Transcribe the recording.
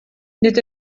nid